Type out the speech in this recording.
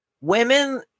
Women